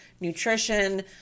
nutrition